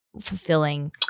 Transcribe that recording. fulfilling